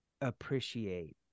appreciate